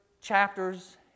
chapters